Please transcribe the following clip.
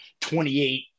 28